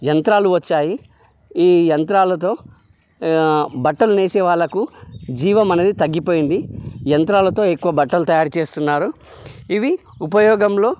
యంత్రాలు వచ్చాయి ఈ యంత్రాలతో బట్టలు నేసే వాళ్ళకు జీవం అనేది తగ్గిపోయింది యంత్రాలతో ఎక్కువ బట్టలు తయారు చేస్తున్నారు ఇవి ఉపయోగంలో